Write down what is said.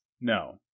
No